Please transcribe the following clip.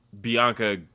Bianca